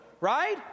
right